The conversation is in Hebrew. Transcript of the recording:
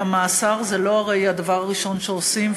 מאסר זה הרי לא הדבר הראשון שעושים,